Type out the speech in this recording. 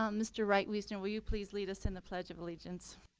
um mr. reitweisner, will you please lead us in the pledge of allegiance?